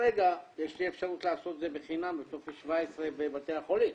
יש לי אפשרות לעשות את זה בחינם עם טופס 17 בבתי החולים.